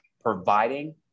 providing